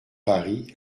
paris